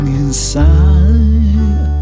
inside